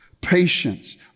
patience